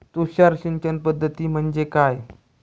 तुषार सिंचन पद्धती म्हणजे काय?